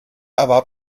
erwarb